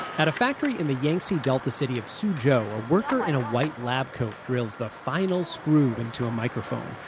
at a factory in the yangtze delta city of suzhou, a worker in a white lab coat drills the final screw into a microphone.